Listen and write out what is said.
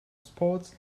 sports